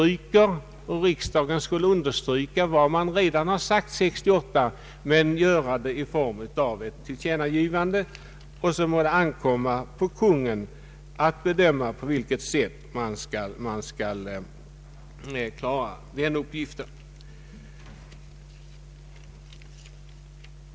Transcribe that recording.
Vi vill att riksdagen skall understryka vad riksdagen redan har sagt år 1968, men göra det i form av ett tillkännagivande, och sedan må det ankomma på Kungl. Maj:t att bedöma på vilket sätt man skall klara den uppgiften.